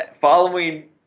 following